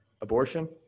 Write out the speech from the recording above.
abortion